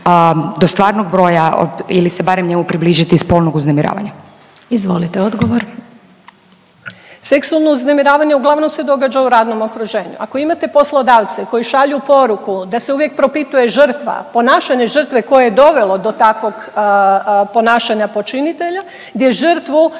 do stvarnog broja ili se barem njemu približiti spolnog uznemiravanja. **Glasovac, Sabina (SDP)** Izvolite odgovor. **Ljubičić, Višnja** Seksualno uznemiravanje uglavnom se događa u radnom okruženju. Ako imate poslodavce koji šalju poruku da se uvijek propituje žrtva, ponašanje žrtve koje je dovelo do takvog ponašanja počinitelja gdje žrtvu